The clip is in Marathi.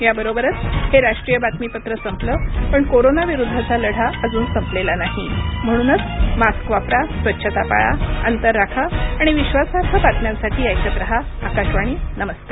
याबरोबरच हे राष्ट्रीय बातमीपत्र संपलं पण कोरोना विरुद्धचा लढा अजून संपलेला नाही म्हणूनच मास्क वापरा स्वच्छता पाळा अंतर राखा आणि विश्वासार्ह बातम्यांसाठी ऐकत रहा आकाशवाणी नमस्कार